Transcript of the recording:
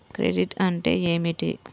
Credit అంటే ఏమిటి?